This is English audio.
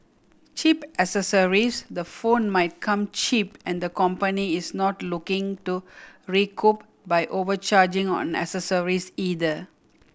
Cheap Accessories the phone might come cheap and the company is not looking to recoup by overcharging on accessories either